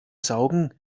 saugen